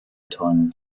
tonnen